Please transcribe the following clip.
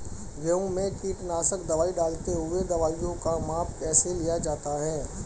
गेहूँ में कीटनाशक दवाई डालते हुऐ दवाईयों का माप कैसे लिया जाता है?